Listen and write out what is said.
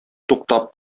туктап